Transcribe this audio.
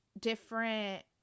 different